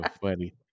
funny